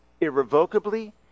irrevocably